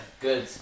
Good